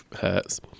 hurts